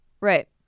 Right